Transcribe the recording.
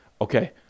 Okay